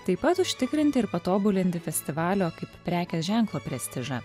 taip pat užtikrinti ir patobulinti festivalio kaip prekės ženklo prestižą